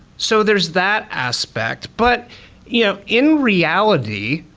so there's that aspect, but yeah in reality,